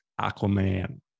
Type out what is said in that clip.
aquaman